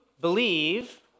believe